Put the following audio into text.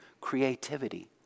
creativity